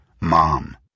Mom